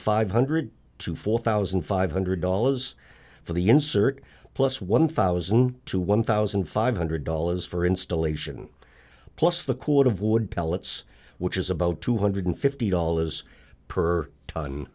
five hundred to four thousand five hundred dollars for the insert plus one thousand to one thousand five hundred dollars for installation plus the quart of wood pellets which is about two hundred fifty dollars per t